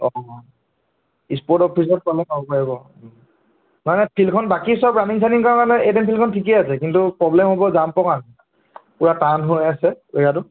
অঁ স্পৰ্ট অফিচত পালে পাব পাৰিব মানে ফিল্ডখন বাকী সব ৰানিং চানিং কৰা কাৰণে এ টি এম ফিল্ডখন ঠিকেইে আছে কিন্তু প্ৰব্লেম হ'ব জাম্পৰ কাৰণে পূৰা টান হৈ আছে এৰিয়াটো